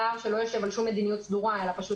פער שלא יושב על שום מדיניות סדורה אלא פשוט